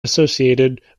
associated